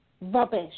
rubbish